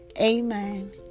Amen